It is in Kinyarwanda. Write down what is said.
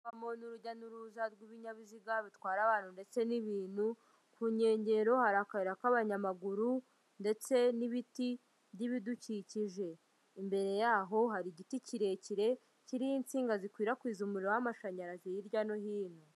N’urujya n'uruza rw'ibinyabiziga bitwara abantu ndetse n'ibintu ku nkengero hari akayira kw'abanyamaguru ndetse n'ibiti by'ibidukikije imbere yaho hari igiti kirekire kiriho intsinga zikwirakwiza umuriro w'amashanyarazi hirya no hino.